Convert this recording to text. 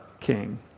king